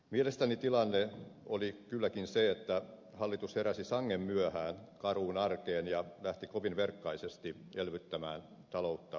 mielestäni tilanne oli kylläkin se että hallitus heräsi sangen myöhään karuun arkeen ja lähti kovin verkkaisesti elvyttämään talouttamme